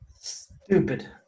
Stupid